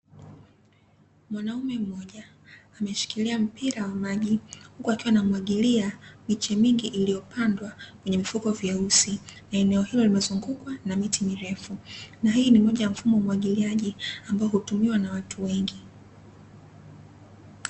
Mwanaume mmoja ameshikilia mpira wa maji huku akiwa anamwagilia miche mingi iliyopandwa kwenye vifuko vyeusi na eneo hilo limezungukwa na miti mirefu na hii ni moja ya mfumo wa umwagiliaji ambao hutumiwa na watu wengi.